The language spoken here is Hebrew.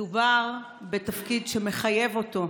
מדובר בתפקיד שמחייב אותו,